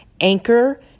Anchor